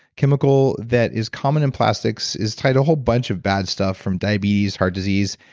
chemical that is common in plastics is tied to a whole bunch of bad stuff from diabetes, heart disease,